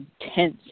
intense